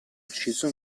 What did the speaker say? ucciso